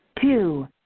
Two